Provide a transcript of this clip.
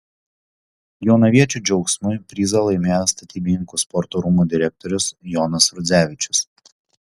jonaviečių džiaugsmui prizą laimėjo statybininkų sporto rūmų direktorius jonas rudzevičius